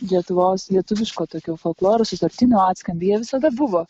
lietuvos lietuviško tokio folkloro sutartinių atskambiai jie visada buvo